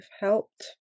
helped